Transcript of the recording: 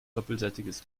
doppelseitiges